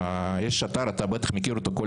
היא מעניקה לכל אדם, לכל מבקר, לכל